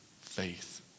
faith